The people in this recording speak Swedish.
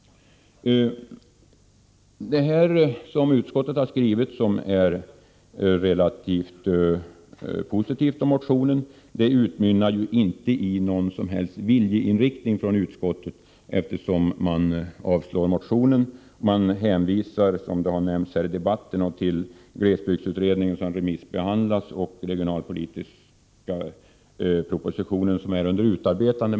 Denna utskottets relativt positiva skrivning om motionen utmynnar inte i någon som helst viljeinriktning från utskottet, eftersom man avstyrker motionen. Man hänvisar, som nämnts här i debatten, till glesbygdsutredningen, som remissbehandlas, och till den regionalpolitiska proposition som är under utarbetande.